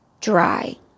dry